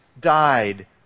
died